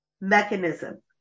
mechanism